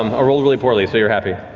um rolled really poorly, so you're happy.